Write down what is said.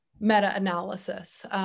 meta-analysis